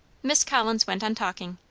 miss collins went on talking.